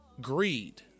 Greed